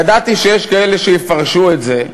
ידעתי שיש כאלה שיפרשו את זה,